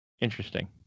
interesting